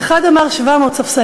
ואחד אמר 700 ספסלים,